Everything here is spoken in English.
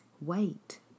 wait